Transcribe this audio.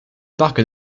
parc